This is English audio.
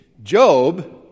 Job